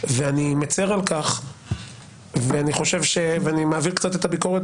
ואני מצר על כך ואני מעביר קצת את הביקורת